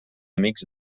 amics